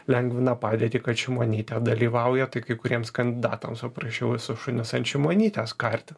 lengvina padėtį kad šimonytė dalyvauja tai kai kuriems kandidatams paprasčiau visus šunis ant šimonytės karti